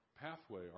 pathway